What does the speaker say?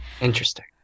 Interesting